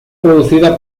producida